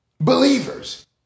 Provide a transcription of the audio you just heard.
believers